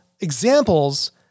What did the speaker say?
examples